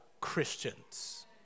Christians